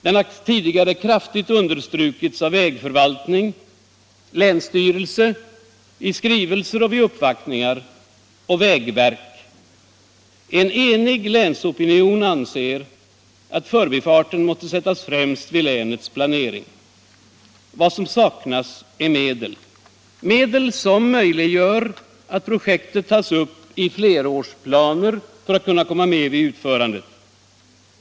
Den har tidigare kraftigt understrukits av vägförvaltning, länsstyrelse —- i skrivelser och vid uppvaktningar — och vägverk. En enig länsopinion anser att förbifarten måste sättas främst vid länets planering. Vad som saknas är medel - medel som möjliggör att projektet tas upp i flerårsplanen för att komma med vid utförandet.